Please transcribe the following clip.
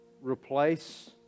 replace